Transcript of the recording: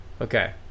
okay